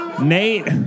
Nate